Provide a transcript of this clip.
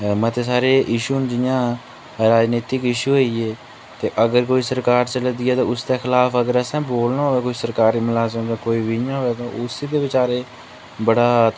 मतें सार इशू न जि'यां राजनैतिक इशू होई गे ते अगर कोई सरकार चलै दी ऐ ते उसदे खलाफ अगर असें बोलना होऐ कोई सरकार मलाज़म कोई बी इ'यां होऐ तां उसी बी बचैरे बड़ा